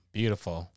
Beautiful